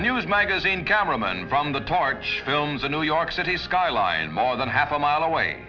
a news magazine cameraman from the torch films a new york city skyline more than half a mile away